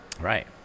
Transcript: Right